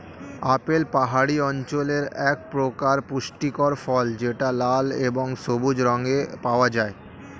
apple পাহাড়ি অঞ্চলের একপ্রকার পুষ্টিকর ফল যেটা লাল এবং সবুজ রঙে পাওয়া যায়